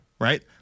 right